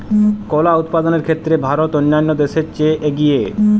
কলা উৎপাদনের ক্ষেত্রে ভারত অন্যান্য দেশের চেয়ে এগিয়ে